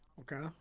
Okay